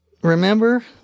remember